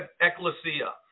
ecclesia